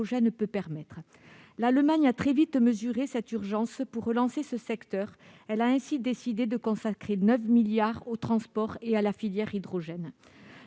L'Allemagne a très vite mesuré cette urgence. Pour relancer ce secteur, elle a décidé de consacrer 9 milliards d'euros aux transports et à la filière hydrogène.